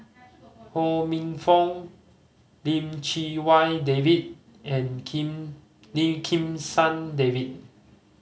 Ho Minfong Lim Chee Wai David and Kim Lim Kim San David